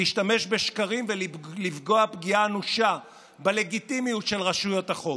להשתמש בשקרים ולפגוע פגיעה אנושה בלגיטימיות של רשויות החוק.